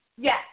Yes